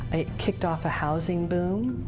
it kicked off a housing boom,